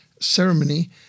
ceremony